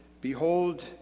behold